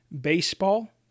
Baseball